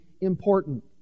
important